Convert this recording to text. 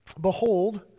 behold